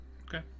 Okay